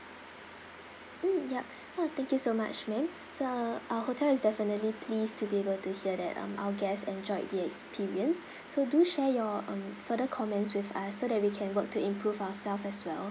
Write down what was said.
mm yup ah thank you so much ma'am so our hotel is definitely pleased to be able to hear that um our guests enjoyed the experience so do share your um further comments with us so that we can work to improve ourselves as well